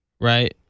Right